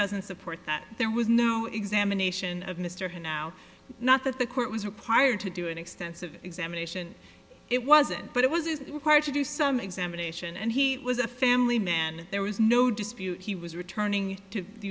doesn't support that there was no examination of mr hu now not that the court was required to do an extensive examination it wasn't but it was is required to do some examination and he was a family man there was no dispute he was returning to the